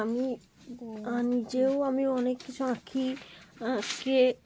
আমি নিজেও আমি অনেক কিছু আঁকি এঁকে